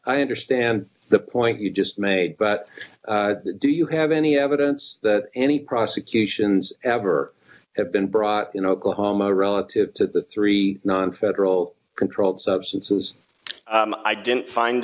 i understand the point you just made but do you have any evidence that any prosecutions ever have been brought in oklahoma relative to three nonfederal controlled substances i didn't find